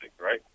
right